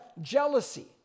jealousy